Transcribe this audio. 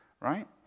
Right